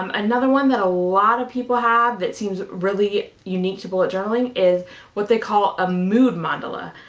um another one that a lot of people have that seems really unique to bullet journaling is what they call a mood mandala.